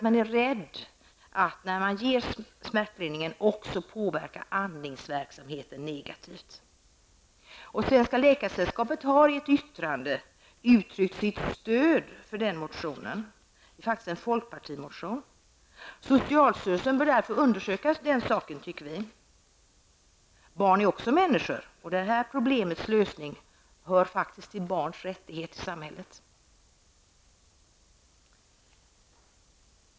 Man är rädd att man när man ger smärtlindring även skulle påverka andningsverksamheten negativt. Svenska läkaresällskapet har i ett yttrande uttryckt sitt stöd för den motionen. Det är faktiskt en folkpartimotion. Socialstyrelsen bör därför undersöka den saken. Barn är också människor. Lösningen på detta problem hör faktiskt till barnens rättighet i samhället.